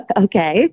Okay